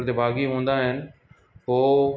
प्रतिभागी हूंदा आहिनि उहे